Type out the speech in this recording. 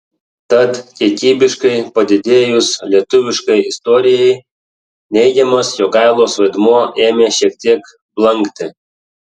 tad kiekybiškai padidėjus lietuviškai istorijai neigiamas jogailos vaidmuo ėmė šiek tiek blankti